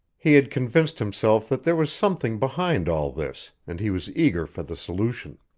he had convinced himself that there was something behind all this, and he was eager for the solution.